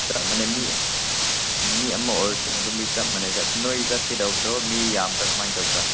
ꯆꯞ ꯃꯥꯟꯅꯩ ꯃꯤ ꯃꯤ ꯑꯃ ꯑꯣꯏꯔꯁꯨ ꯑꯗꯨꯝ ꯃꯤ ꯆꯞ ꯃꯥꯟꯅꯩꯗ ꯑꯗꯨ ꯅꯣꯏ ꯆꯠꯀꯗꯧꯕꯗꯣ ꯃꯤ ꯌꯥꯝꯕ꯭ꯔꯥ ꯀꯃꯥꯏꯅ ꯇꯧꯕ꯭ꯔꯥ